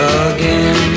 again